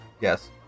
Yes